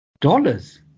dollars